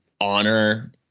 honor